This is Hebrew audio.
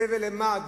צא ולמד